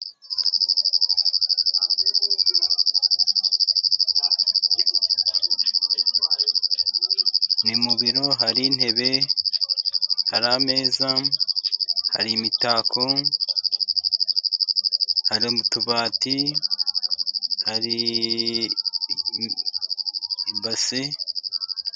Ni mu biro hari intebe, hari ameza, hari imitako, harimo utubati. hari ibase.